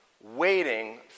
waiting